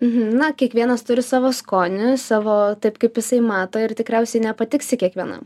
mhm kiekvienas turi savo skoniį savo taip kaip jisai mato ir tikriausiai nepatiksi kiekvienam